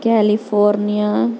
California